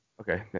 Okay